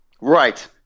Right